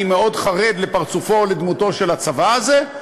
אני מאוד חרד לפרצופו ולדמותו של הצבא הזה,